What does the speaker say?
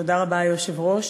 תודה רבה, היושב-ראש.